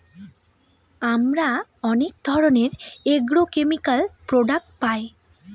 আমরা অনেক ধরনের এগ্রোকেমিকাল প্রডাক্ট পায়